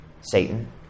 Satan